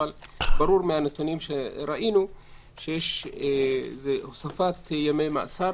אבל ברור מהנתונים שראינו שיש הוספת ימי מאסר,